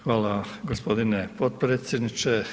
Hvala gospodine potpredsjedniče.